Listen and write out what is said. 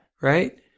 right